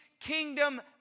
kingdom